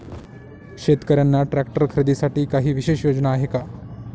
शेतकऱ्यांना ट्रॅक्टर खरीदीसाठी काही विशेष योजना आहे का?